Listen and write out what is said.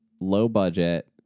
low-budget